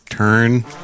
Turn